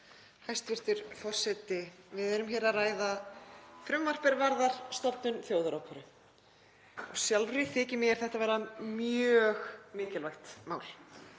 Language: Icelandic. Hæstv. forseti. Við erum hér að ræða frumvarp er varðar stofnun Þjóðaróperu. Sjálfri þykir mér þetta vera mjög mikilvægt mál